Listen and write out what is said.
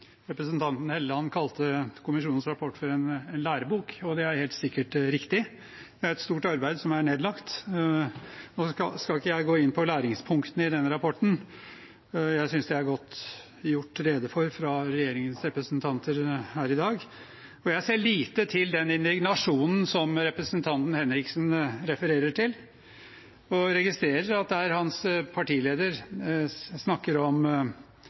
helt sikkert riktig. Det er et stort arbeid som er nedlagt. Nå skal ikke jeg gå inn på læringspunktene i denne rapporten. Jeg synes de er godt gjort rede for av regjeringens representanter her i dag, og jeg ser lite til den indignasjonen som representanten Henriksen refererer til, og registrerer at der hans partileder snakker om